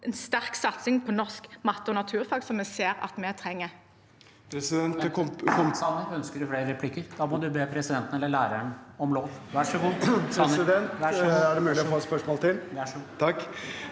en sterk satsing på norsk, matte og naturfag, som vi ser at vi trenger.